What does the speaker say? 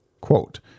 Quote